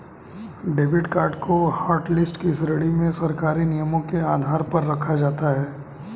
debit card को hotlist की श्रेणी में सरकारी नियमों के आधार पर रखा जाता है